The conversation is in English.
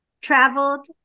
traveled